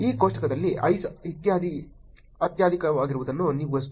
ಈ ಕೋಷ್ಟಕದಲ್ಲಿ i ಅತ್ಯಧಿಕವಾಗಿರುವುದನ್ನು ನೀವು ಸ್ಪಷ್ಟವಾಗಿ ನೋಡಬಹುದು